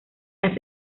las